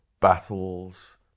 battles